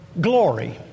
glory